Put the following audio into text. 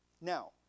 Now